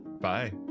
Bye